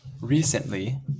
Recently